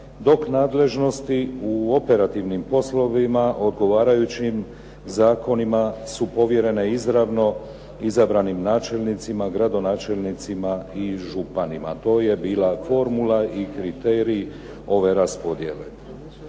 dok nadležnosti u operativnim poslovima odgovarajućim zakonima su povjerene izravno izabranim načelnicima, gradonačelnicima i županima. To je bila formula i kriterij ove raspodjele.